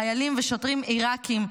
חיילים ושוטרים עיראקים,